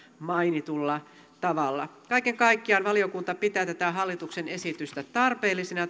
mainitulla tavalla kaiken kaikkiaan valiokunta pitää tätä hallituksen esitystä tarpeellisena